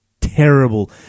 terrible